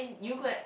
you could